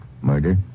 Murder